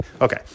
Okay